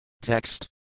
Text